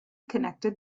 connected